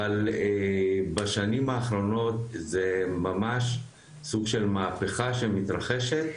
אבל בשנים האחרונות זה ממש סוג של מהפכה שמתרחשת,